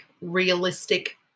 realistic